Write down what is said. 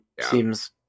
seems